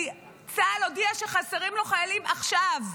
כי צה"ל הודיע שחסרים לו חיילים עכשיו.